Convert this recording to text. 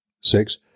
six